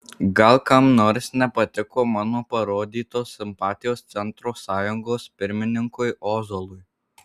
gal kam nors nepatiko mano parodytos simpatijos centro sąjungos pirmininkui ozolui